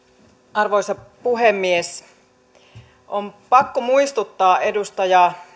arvoisa puhemies on pakko muistuttaa edustaja